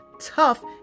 tough